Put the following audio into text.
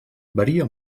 varia